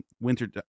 winter